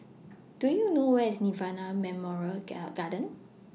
Do YOU know Where IS Nirvana Memorial Gill Garden